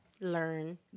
learn